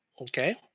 Okay